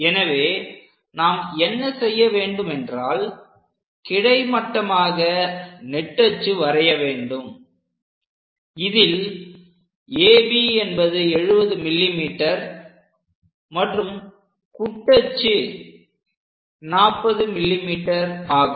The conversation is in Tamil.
எனவே நாம் என்ன செய்ய வேண்டும் என்றால் கிடை மட்டமாக நெட்டச்சு வரைய வேண்டும் இதில் AB என்பது 70 mm மற்றும் குற்றச்சு 40 mm ஆகும்